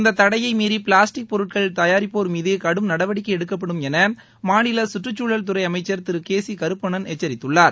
இந்த தடையை மீறி பிளாஸ்டிக் பொருட்கள் தயாரிப்போர் மீது கடும் நடவடிக்கை எடுக்கப்படும் என மாநில சுற்றுச்சூழல் அமைச்சர் துறை திரு கே சி கருப்பணன் எச்சரித்துள்ளார்